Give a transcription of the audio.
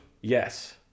Yes